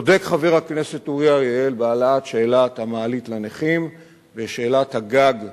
צודק חבר הכנסת אריאל בהעלאת שאלת המעלית לנכים ושאלת הגג,